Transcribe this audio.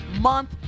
month